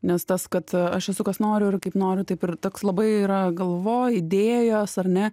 nes tas kad aš esu kas noriu ir kaip noriu taip ir toks labai yra galvoj idėjos ar ne